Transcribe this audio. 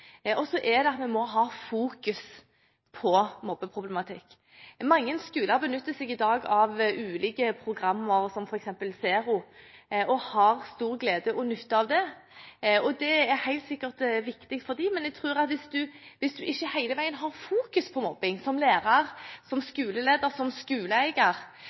og vi må fokusere på mobbeproblematikk. Mange skoler benytter seg i dag av ulike programmer, som f.eks. Zero, og har stor glede og nytte av det. Det er helt sikkert viktig for dem, men jeg tror at hvis en ikke hele veien fokuserer på mobbing som lærer, som skoleleder, som skoleeier,